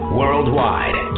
worldwide